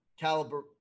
caliber